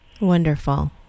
Wonderful